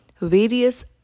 various